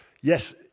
yes